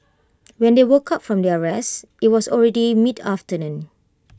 when they woke up from their rest IT was already mid afternoon